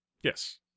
yes